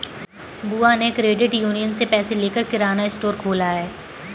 बुआ ने credit union से पैसे लेकर किराना स्टोर खोला है